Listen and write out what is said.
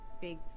big